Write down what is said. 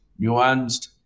nuanced